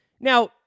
Now